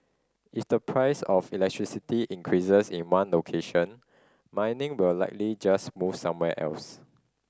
is the price of electricity increases in one location mining will likely just move somewhere else